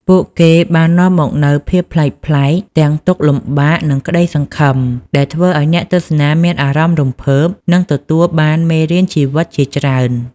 ពួកគេបាននាំមកនូវភាពប្លែកៗ ទាំងទុក្ខលំបាក និងក្តីសង្ឃឹម ដែលធ្វើឲ្យអ្នកទស្សនាមានអារម្មណ៍រំភើប និងទទួលបានមេរៀនជីវិតជាច្រើន។